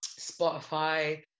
Spotify